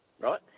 Right